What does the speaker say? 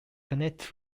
connected